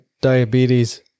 diabetes